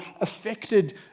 affected